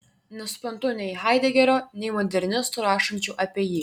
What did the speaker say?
nesuprantu nei haidegerio nei modernistų rašančių apie jį